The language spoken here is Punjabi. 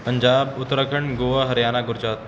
ਪੰਜਾਬ ਉੱਤਰਾਖੰਡ ਗੋਆ ਹਰਿਆਣਾ ਗੁਜਰਾਤ